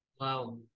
Wow